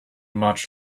much